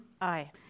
Aye